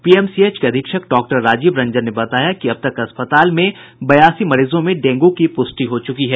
PMCH के अधीक्षक doctor Rajeev Ranjan ने बताया कि अब तक अस्पताल में बयासी मरीजों में डेंगू की पुष्टि हो चुकी है